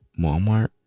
Walmart